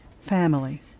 family